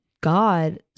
God